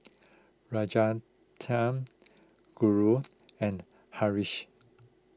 Rajaratnam Guru and Haresh